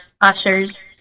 ushers